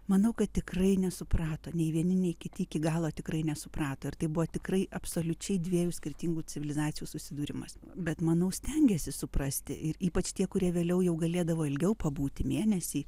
manau kad tikrai nesuprato nei vieni nei kiti iki galo tikrai nesuprato ir tai buvo tikrai absoliučiai dviejų skirtingų civilizacijų susidūrimas bet manau stengėsi suprasti ir ypač tie kurie vėliau jau galėdavo ilgiau pabūti mėnesį